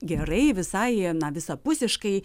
gerai visai na visapusiškai